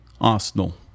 Arsenal